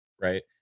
right